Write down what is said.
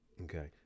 Okay